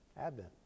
Advent